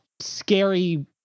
scary